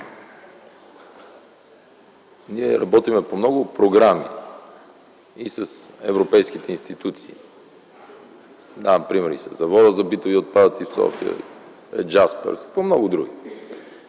Ние работим по много програми и с европейските институции. Давам пример със Завода за битови отпадъци – София, „Джаспърс”, по много други.